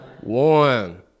One